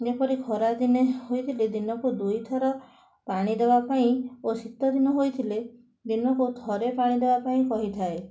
ଯେପରି ଖରାଦିନେ ହୋଇଥିଲେ ଦିନକୁ ଦୁଇଥର ପାଣି ଦବା ପାଇଁ ଓ ଶୀତଦିନ ହୋଇଥିଲେ ଦିନକୁ ଥରେ ପାଣି ଦବା ପାଇଁ କହିଥାଏ